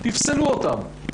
תפסלו אותן.